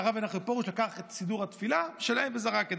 לקח את סידור התפילה שלהם וזרק את זה,